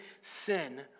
sin